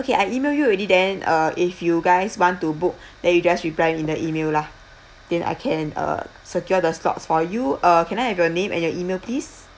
okay I email you already then uh if you guys want to book then you just reply in the email lah then I can uh secure the slots for you uh can I have your name and your email please